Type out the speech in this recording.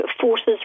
Forces